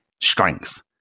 strength